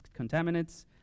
contaminants